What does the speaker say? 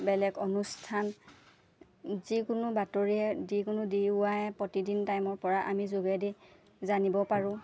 বেলেগ অনুষ্ঠান যিকোনো বাতৰিয়ে যিকোনো ডি ৱাই প্ৰতিদিন টাইমৰপৰা আমি যোগেদি জানিব পাৰোঁ